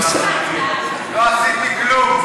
לא עשיתי כלום.